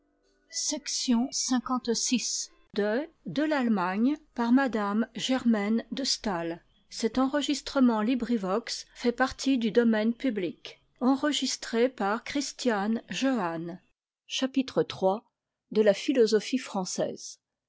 et de la philosophie